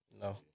No